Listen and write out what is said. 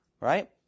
right